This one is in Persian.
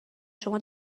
شما